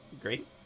great